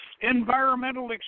environmental